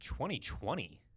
2020